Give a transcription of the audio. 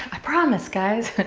i promise, guys. but